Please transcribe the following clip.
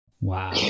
Wow